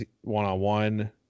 one-on-one